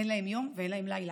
אין להם יום ואין להם לילה,